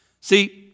See